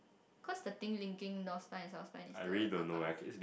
cause the thing linking north time and suspend is the car park